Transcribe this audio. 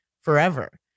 forever